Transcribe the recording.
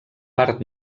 part